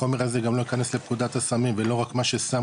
בחומר הזה גם לא ייכנס לפקודת הסמים ולא רק מה שסם